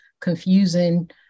confusing